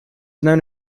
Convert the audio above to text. known